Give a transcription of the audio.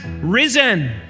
risen